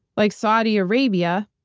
like saudi arabia,